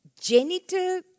genital